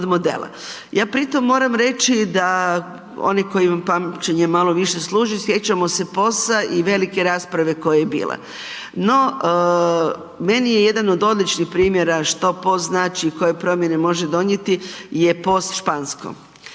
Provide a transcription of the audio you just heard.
Ja pritom moram reći da oni koje pamćenje malo više služi, sjećamo se POS-a i velike rasprave koja je bila. No, meni je jedan od odličnih primjera što POS znači i koje promjene može donijeti je POS Špansko.